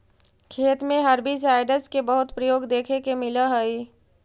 खेत में हर्बिसाइडस के बहुत प्रयोग देखे के मिलऽ हई